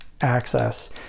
access